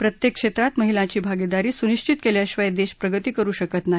प्रत्येक क्षेत्रात महिलांची भागिदारी सुनिशित केल्याशिवाय देश प्रगती करु शकत नाही